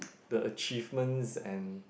the achievements and